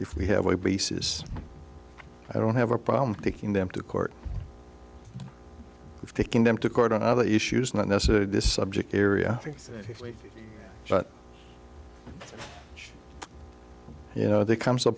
if we have a basis i don't have a problem taking them to court we've taken them to court on other issues not necessarily this subject area but you know there comes a